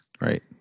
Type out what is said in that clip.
Right